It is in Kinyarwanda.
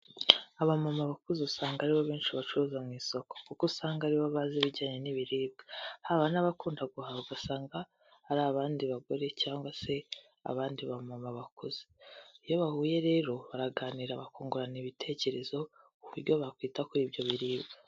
Abamama bakuze usanga ari bo benshi bacuruza mu isoko, kuko usanga ari bo bazi ibijyanye n'ibiribwa, haba n'abakunda guhaha ugasanga ari abandi bagore cyangwa se abandi bamama bakuze, iyo bahuye rero baraganira bakungurana ibitekerezo ku buryo bakwita kuri ibyo biribwa.